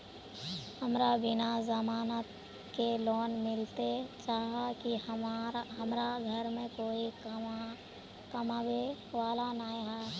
हमरा बिना जमानत के लोन मिलते चाँह की हमरा घर में कोई कमाबये वाला नय है?